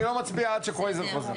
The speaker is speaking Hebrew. אני לא מצביע עד שקרויזר חוזר.